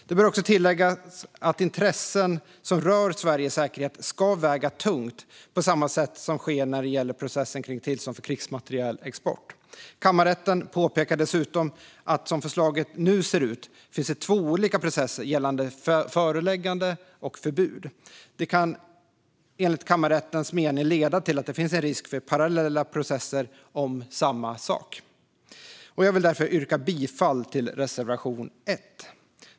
Det bör också tilläggas att intressen som rör Sveriges säkerhet ska väga tungt på samma sätt som sker när det gäller processen kring tillstånd för krigsmaterielexport. Kammarrätten påpekar dessutom att som förslaget nu ser ut finns det två olika processer gällande föreläggande och förbud. Detta kan enligt kammarrättens mening leda till en risk för parallella processer om samma sak. Jag vill därför yrka bifall till reservation 1.